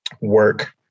work